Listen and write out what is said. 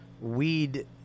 weed